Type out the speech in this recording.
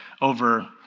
over